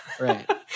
Right